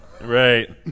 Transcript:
Right